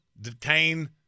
detain